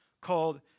called